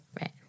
Right